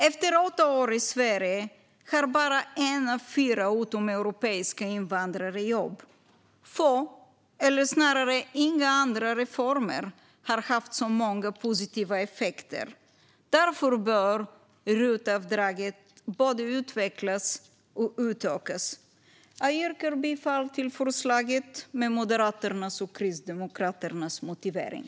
Efter åtta år i Sverige har bara en av fyra utomeuropeiska invandrare jobb. Få, eller snarare inga, andra reformer har haft så många positiva effekter som RUT-avdraget. Därför bör det både utvecklas och utökas. Jag yrkar bifall till förslaget med Moderaternas och Kristdemokraternas motivering.